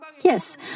Yes